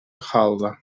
хаалла